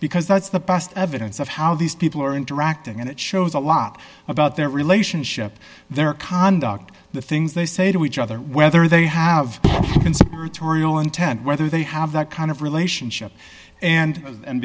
because that's the best evidence of how these people are interacting and it shows a lot about their relationship their conduct the things they say to each other whether they have conspiratorial intent whether they have that kind of relationship and and